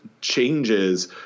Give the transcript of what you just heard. changes